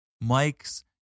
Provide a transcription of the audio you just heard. Mike's